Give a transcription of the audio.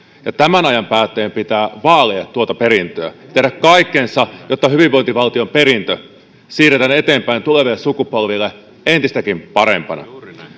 ja tämän ajan päättäjien pitää vaalia tuota perintöä tehdä kaikkensa jotta hyvinvointivaltion perintö siirretään eteenpäin tuleville sukupolville entistäkin parempana